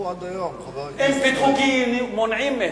למה